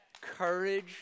courage